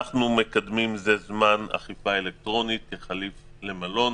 אנחנו מקדמים כבר זמן מה אפשרות של אכיפה אלקטרונית כחלופה למלון.